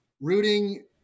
rooting